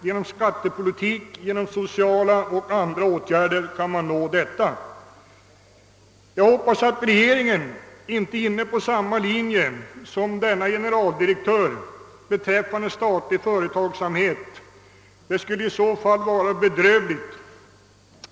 Genom skattepolitik, genom sociala och andra åtgärder kan man nå detta.» Jag hoppas att regeringen inte är inne på samma linje beträffande statlig företagsamhet som denne generaldirektör — det skulle i så fall vara bedrövligt.